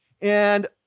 And-